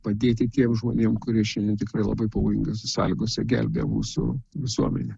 padėti tiems žmonėm kurie šiandien tikrai labai pavojingose sąlygose gelbėja mūsų visuomenę